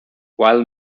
while